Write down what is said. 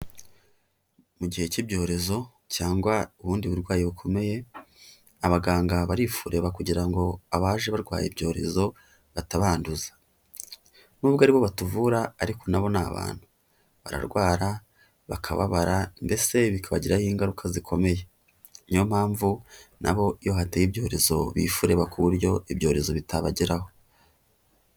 Mu gihe cy'ibyorezo cyangwa ubundi burwayi bukomeye, abaganga barifureba kugira ngo abaje barwaye ibyorezo batabanduza, nubwo aribo batuvura ariko nabo ni abantu, bararwara, bakababara, mbese bikabagiraho ingaruka zikomeye, niyo mpamvu nabo iyo hateye ibyorezo bifurereba ku buryo ibyorezo bitabageraho.